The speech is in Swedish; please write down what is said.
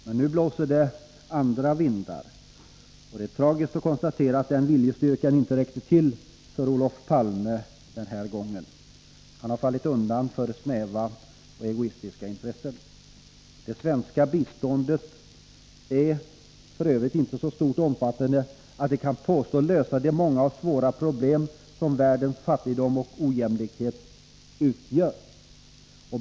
Men nu blåser det andra vindar. Det är tragiskt att konstatera att den viljestyrkan inte räckte till för Olof Palme den här gången. Han har fallit undan för snäva och egoistiska intressen. Det svenska biståndet är f. ö. inte så stort och omfattande att det kan påstås lösa de många och svåra problem som världens fattigdom och ojämlikhet utgör.